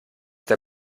der